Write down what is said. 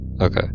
Okay